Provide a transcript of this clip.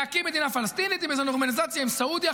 להקים מדינה פלסטינית עם איזו נורמליזציה עם סעודיה.